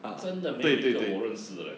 真的没有一个我认识的 leh